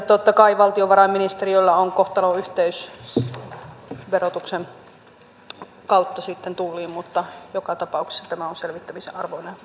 totta kai valtiovarainministeriöllä on kohtalonyhteys verotuksen kautta sitten tulliin mutta joka tapauksessa tämä on selvittämisen arvoinen asia